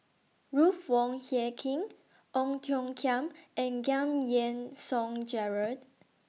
Ruth Wong Hie King Ong Tiong Khiam and Giam Yean Song Gerald